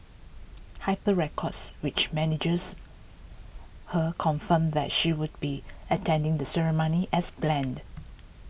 hype records which manages her confirmed that she would be attending the ceremony as planned